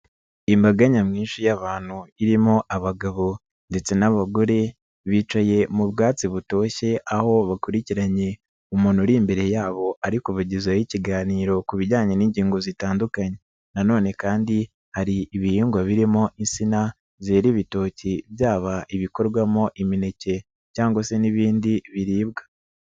Imbaga nyamwinshi y'abantu irimo abagabo ndetse n'abagore bicaye mu bwatsi butoshye aho bakurikiranye umuntu uri imbere yabo ari kubagezaho ikiganiro ku bijyanye n'ingingo zitandukanye, nanone kandi hari ibihingwa birimo insina zera ibitoki byaba ibikorwamo imineke cyangwa se n'ibindi biribwa.